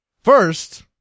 First